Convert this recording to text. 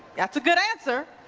that's a good answer.